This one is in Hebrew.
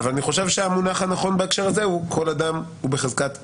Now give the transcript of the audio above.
אני חושב שהמונח הנכון בהקשר הזה הוא כל אדם בחזקת זכאי.